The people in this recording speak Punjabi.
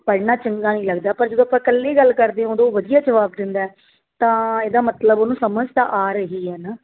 ਪੜ੍ਹਨਾ ਚੰਗਾ ਨਹੀਂ ਲੱਗਦਾ ਪਰ ਜਦੋਂ ਆਪਾਂ ਇਕੱਲੇ ਗੱਲ ਕਰਦੇ ਹਾਂ ਉਦੋਂ ਵਧੀਆ ਜਵਾਬ ਦਿੰਦਾ ਤਾਂ ਇਹਦਾ ਮਤਲਬ ਉਹਨੂੰ ਸਮਝ ਤਾਂ ਆ ਰਹੀ ਹੈ ਨਾ